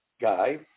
guy